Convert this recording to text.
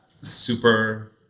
super